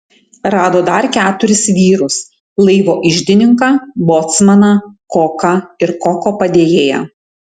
rado dar keturis vyrus laivo iždininką bocmaną koką ir koko padėjėją